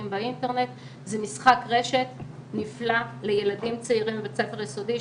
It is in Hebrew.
זה משחק רשת נפלא לילדים צעירים בבית ספר יסודי,